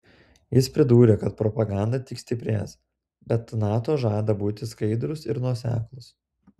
jis pridūrė kad propaganda tik stiprės bet nato žada būti skaidrus ir nuoseklus